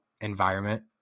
environment